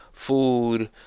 food